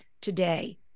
today